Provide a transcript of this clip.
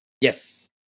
Yes